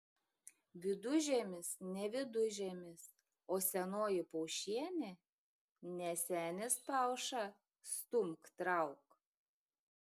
vidužiemis ne vidužiemis o senoji paušienė ne senis pauša stumk trauk